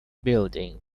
building